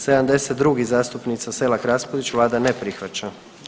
72., zastupnica Selak Raspudić, Vlada ne prihvaća.